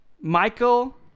Michael